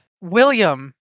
William